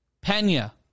Pena